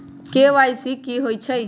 KYC कि होई छई?